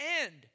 end